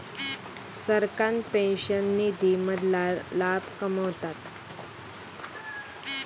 सरकार पेंशन निधी मधना लाभ कमवता